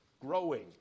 growing